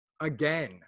again